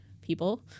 people